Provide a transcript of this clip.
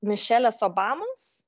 mišelės obamos